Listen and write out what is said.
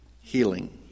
healing